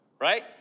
right